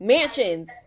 Mansions